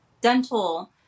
dental